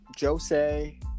Jose